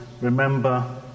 remember